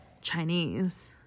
Chinese